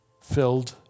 filled